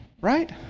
right